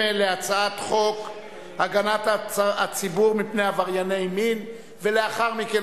כמו בשלוש הצעות החוק הקודמות שהונחו על-ידי ועדת הכלכלה,